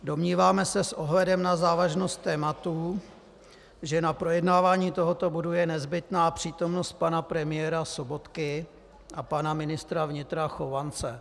Domníváme se s ohledem na závažnost tématu, že na projednávání tohoto bodu je nezbytná přítomnost pana premiéra Sobotky a pana ministra vnitra Chovance.